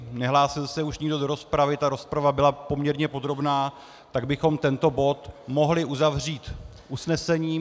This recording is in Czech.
Nehlásil se už nikdo do rozpravy, ta rozprava byla poměrně podrobná, tak bychom tento bod mohli uzavřít usnesením.